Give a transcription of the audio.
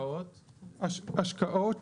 השקעות